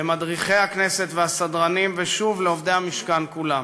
למדריכי הכנסת והסדרנים, ושוב, לעובדי המשכן כולם.